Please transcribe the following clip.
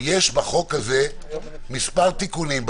יש בחוק הזה מספר תיקונים.